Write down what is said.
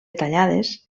tallades